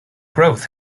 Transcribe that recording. growth